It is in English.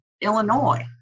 Illinois